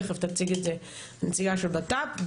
תיכף תציג את זה נציגת בט"פ,